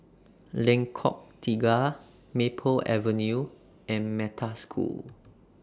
Lengkok Tiga Maple Avenue and Metta School